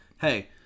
hey